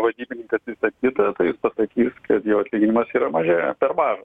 vadybininkąas visa kita tai jis pasakys kad jo atlyginimas yra mažėja per mažas